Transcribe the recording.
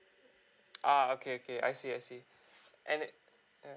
ah okay okay I see I see and it yeah